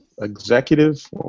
executive